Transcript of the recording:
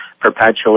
perpetually